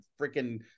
freaking